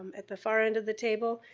at the far end of the table.